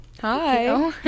Hi